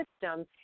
system